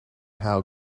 how